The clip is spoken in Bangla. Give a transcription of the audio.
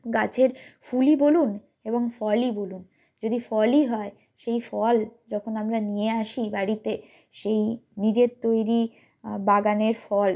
গাছের ফুলই বলুন এবং ফলই বলুন যদি ফলই হয় সেই ফল যখন আমরা নিয়ে আসি বাড়িতে সেই নিজের তৈরি বাগানের ফল